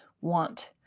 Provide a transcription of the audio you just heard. want